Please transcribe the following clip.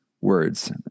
words